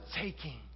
taking